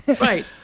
Right